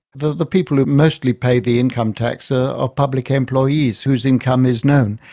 the the people that mostly pay the income tax ah are public employees whose income is known.